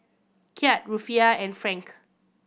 Kyat Rufiyaa and Franc